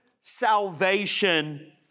salvation